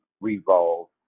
revolve